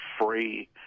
free